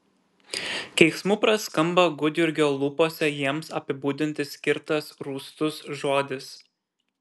keiksmu praskamba gudjurgio lūpose jiems apibūdinti skirtas rūstus žodis